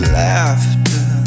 laughter